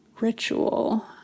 ritual